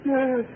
Yes